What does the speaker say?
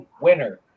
winner